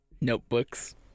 Notebooks